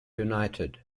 united